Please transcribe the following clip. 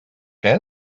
que